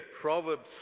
Proverbs